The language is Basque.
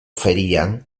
ferian